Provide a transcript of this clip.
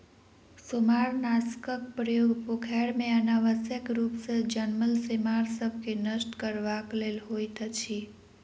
सेमारनाशकक प्रयोग पोखैर मे अनावश्यक रूप सॅ जनमल सेमार सभ के नष्ट करबाक लेल होइत अछि